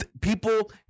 People